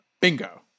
Bingo